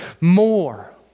more